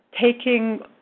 taking